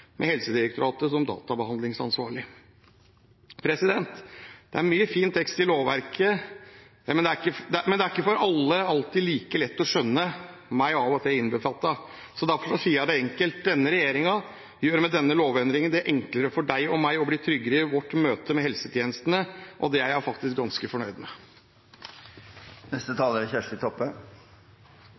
med Helsedirektoratet som databehandlingsansvarlig. Det er mye fin tekst i lovverket, men det er ikke for alle alltid like lett å skjønne – meg av og til innbefattet. Derfor sier jeg det enkelt: Denne regjeringen gjør med denne lovendringen det enklere for deg og meg å bli tryggere i vårt møte med helsetjenestene, og det er jeg faktisk ganske fornøyd med. Denne saka er